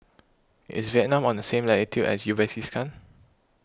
is Vietnam on the same latitude as Uzbekistan